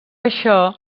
això